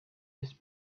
his